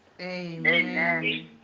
Amen